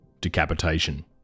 Decapitation